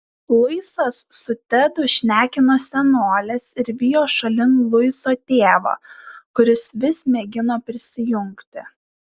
luisas su tedu šnekino senoles ir vijo šalin luiso tėvą kuris vis mėgino prisijungti